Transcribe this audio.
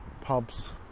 pubs